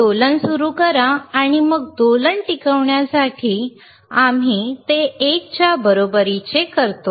दोलन सुरू करा आणि मग दोलन टिकवण्यासाठी आम्ही ते 1 च्या बरोबरीचे करतो